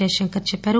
జయశంకర్ చెప్పారు